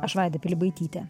aš vaida pilibaitytė